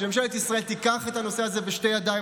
שממשלת ישראל תיקח את הנושא הזה בשתי ידיים,